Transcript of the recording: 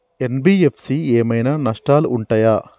NBFC ఏమైనా నష్టాలు ఉంటయా?